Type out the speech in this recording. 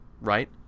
right